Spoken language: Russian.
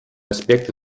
аспекты